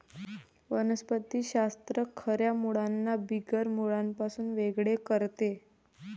वनस्पति शास्त्र खऱ्या मुळांना बिगर मुळांपासून वेगळे करते